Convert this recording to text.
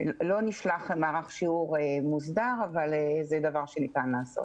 לא נשלח מערך שיעור מוסדר אבל זה דבר שניתן לעשות.